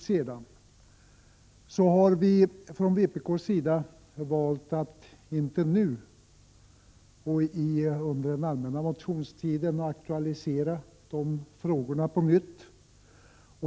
Emellertid har vi från vpk valt att inte nu eller under den allmänna motionstiden aktualisera dessa frågor på nytt.